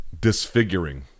disfiguring